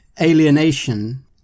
alienation